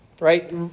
right